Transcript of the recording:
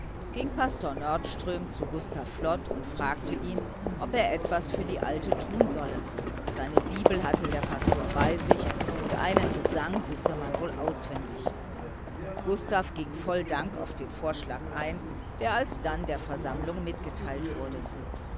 ging pastor nordström zu gustav flod und fragte ihn ob er etwas für die alte tun solle seine bibel hatte der pastor bei sich und einen gesang wisse man wohl auswendig gustav ging voll dank auf den vorschlag ein der alsdann der versammlung mitgeteilt wurde